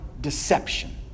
deception